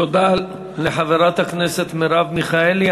תודה לחברת הכנסת מרב מיכאלי.